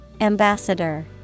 Ambassador